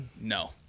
no